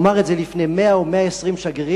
הוא אמר את זה לפני 100 או 120 שגרירים.